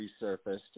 resurfaced